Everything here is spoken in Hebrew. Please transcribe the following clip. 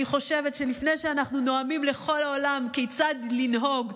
אני חושבת שלפני שאנחנו נואמים לכל העולם כיצד לנהוג,